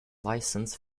licensed